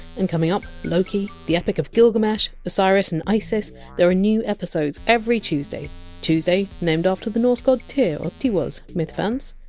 and, coming up loki! the epic of gilgamesh! osiris and isis! there are new episodes every tuesday tuesday named after the norse god tyr or tiwaz, myth fans.